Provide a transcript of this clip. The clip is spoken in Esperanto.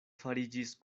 fariĝis